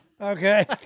Okay